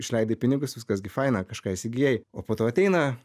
išleidai pinigus viskas gi faina kažką įsigijai o po to ateina